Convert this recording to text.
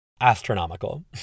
Astronomical